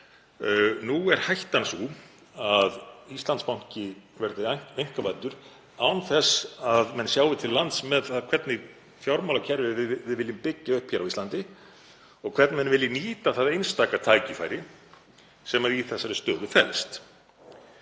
Nú er hættan sú að Íslandsbanki verði einkavæddur án þess að menn sjái til lands með það hvernig fjármálakerfi við viljum byggja upp á Íslandi og hvernig menn vilja nýta það einstaka tækifæri sem í þessari stöðu felst.